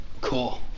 Cool